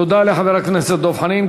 תודה לחבר הכנסת דב חנין.